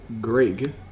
Greg